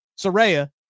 Soraya